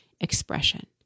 expression